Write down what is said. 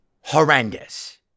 horrendous